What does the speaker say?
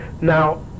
Now